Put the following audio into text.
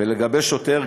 ולגבי שוטר,